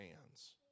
hands